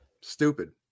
Stupid